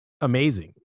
amazing